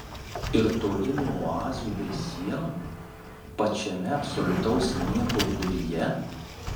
ir toli nuo oazių bei sienų pačiame absoliutaus nieko viduryje